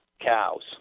cows